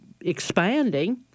expanding